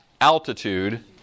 altitude